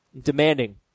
demanding